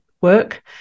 work